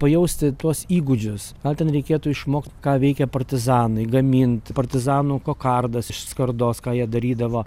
pajausti tuos įgūdžius ar ten reikėtų išmokt ką veikė partizanai gamint partizanų kokardas iš skardos ką jie darydavo